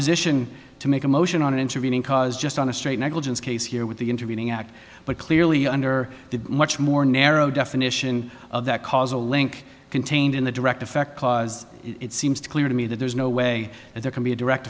position to make a motion on an intervening cause just on a straight negligence case here with the intervening act but clearly under the much more narrow definition of that causal link contained in the direct effect clause it seems to clear to me that there's no way that there can be a direct